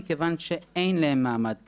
מכיוון שאין להם מעמד כזה.